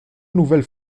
nouvelles